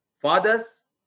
fathers